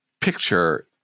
picture